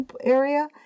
area